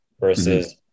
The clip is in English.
versus